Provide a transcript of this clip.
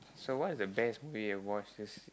so what's the best movie you've watched this